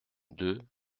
deux